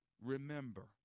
remember